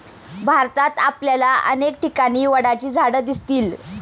भारतात आपल्याला अनेक ठिकाणी वडाची झाडं दिसतील